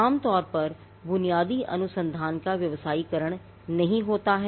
आम तौर पर बुनियादी अनुसंधान का व्यवसायीकरण नहीं होता है